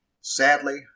Sadly